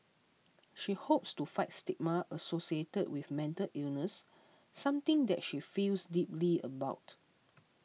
she hopes to fight stigma associated with mental illness something that she feels deeply about